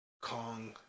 Kong